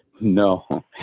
No